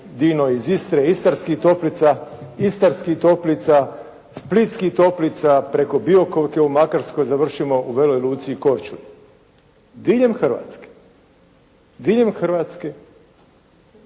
Dino iz Istre, Istarskih toplica, Istarskih toplica, Splitskih toplica, preko Biokovke u Makarskoj završimo u Veloj luci i Korčuli. Diljem Hrvatske, diljem Hrvatske